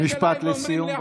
משפט לסיום.